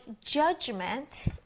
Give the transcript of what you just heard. judgment